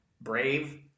Brave